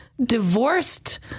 divorced